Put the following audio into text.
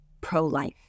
pro-life